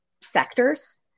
sectors